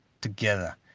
together